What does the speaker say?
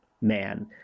man